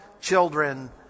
children